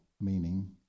meaning